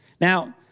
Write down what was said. Now